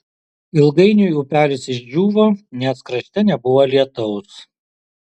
ilgainiui upelis išdžiūvo nes krašte nebuvo lietaus